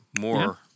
more